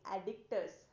Addictors